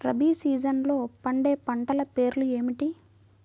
రబీ సీజన్లో పండే పంటల పేర్లు ఏమిటి?